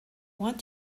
want